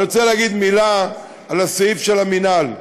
אני רוצה להגיד מילה על הסעיף של המינהל.